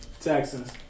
Texans